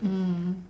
mm